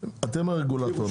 אתם הרגולטור נכון?